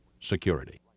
security